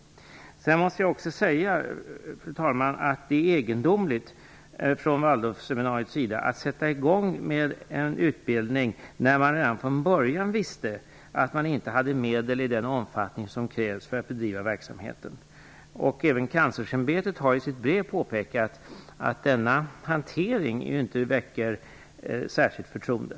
Fru talman! Det är egendomligt från Waldorfseminariets sida att sätta i gång en utbildning, när man redan från början visste att man inte hade medel i den omfattning som krävs för att bedriva verksamheten. Även Kanslersämbetet har i sitt brev påpekat att denna hantering inte väcker särskilt mycket förtroende.